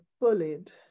bullied